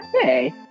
Hey